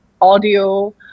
audio